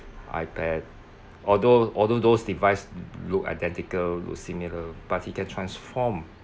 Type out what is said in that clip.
iPad although although those device look identical with similar but he can transform